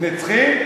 נצחי?